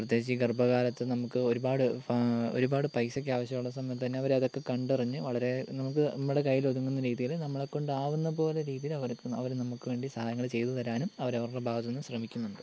പ്രതേകിച്ച് ഈ ഗർഭകാലത്ത് നമുക്ക് ഒരുപാട് ഒരുപാട് പൈസക്ക് ആവശ്യമുള്ള സമയത്ത് തന്നെ അവര് അതൊക്കെ കണ്ടറിഞ്ഞ് വളരെ നമുക്ക് നമ്മുടെ കൈയിൽ ഒതുങ്ങുന്ന രീതിയിൽ നമ്മളെ കൊണ്ട് ആവുന്ന പോലെ രീതിയിൽ അവർ നമുക്ക് വേണ്ടി സഹായങ്ങൾ ചെയ്ത് തരാനും അവർ അവരുടെ ഭാഗത്ത് നിന്നും ശ്രമിക്കുന്നുണ്ട്